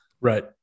Right